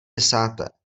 desáté